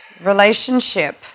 relationship